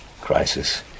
crisis